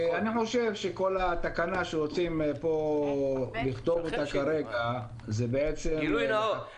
חושב שכל התקנה שרוצים לכתוב פה כרגע --- שלמה,